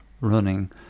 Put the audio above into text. running